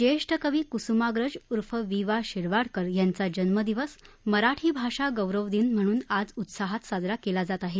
ज्येष्ठ कवी कुसूमाग्रज उर्फ वि वा शिरवाडकर यांचा जन्मदिवस मराठी भाषा गौरव दिन म्हणून आज साजरा केला जात आहे